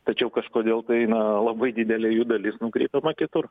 tačiau kažkodėl tai na labai didelė jų dalis nukreipiama kitur